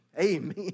Amen